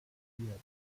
isoliert